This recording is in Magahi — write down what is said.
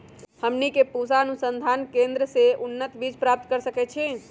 हमनी के पूसा अनुसंधान केंद्र से उन्नत बीज प्राप्त कर सकैछे?